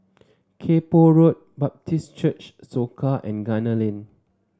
Kay Poh Road Baptist Church Soka and Gunner Lane